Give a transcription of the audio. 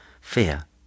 Fear